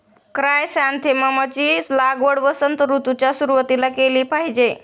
chrysanthemum ची लागवड वसंत ऋतूच्या सुरुवातीला केली पाहिजे